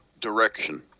direction